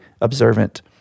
observant